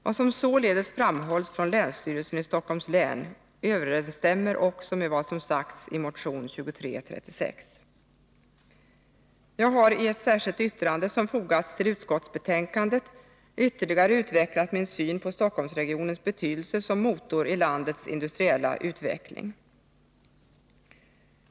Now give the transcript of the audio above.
Vad som således framhålls från länsstyrelsen i Stockholms län överensstämmer också med vad som sagts i motion 2336. Jag har i ett särskilt yttrande, som fogats till utskottsbetänkandet, ytterligare utvecklat min syn på Stockholmsregionens betydelse som ”motor” i landets industriella utveckling.